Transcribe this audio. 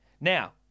Now